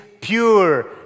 pure